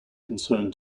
concern